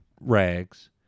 rags